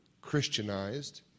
Christianized